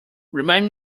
remind